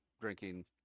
Drinking